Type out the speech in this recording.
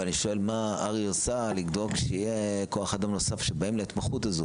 אבל אני שואל מה הר"י עושה לבדוק שיהיה כוח אדם נוסף שבאים להתמחות הזו,